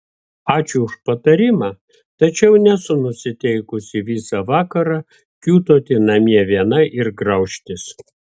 ačiū už patarimą tačiau nesu nusiteikusi visą vakarą kiūtoti namie viena ir graužtis